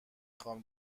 خوام